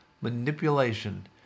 manipulation